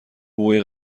بوی